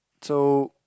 so